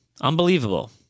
Unbelievable